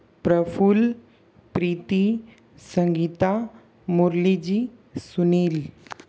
Praful Preeti Sangeeta Murliji Sunil